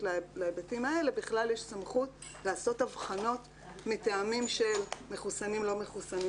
להיבטים האלה בכלל יש סמכות לעשות הבחנות מטעמים של מחוסנים/לא מחוסנים